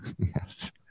Yes